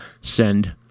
send